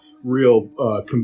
real